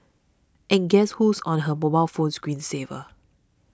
and guess who's on her mobile phone screen saver